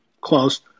close